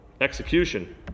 execution